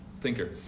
thinker